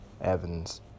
Evans